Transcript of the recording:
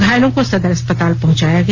घायलों को सदर अस्पताल पहुंचाया गया